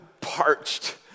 parched